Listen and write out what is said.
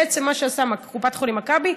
בעצם מה שעושה קופת חולים מכבי,